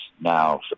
now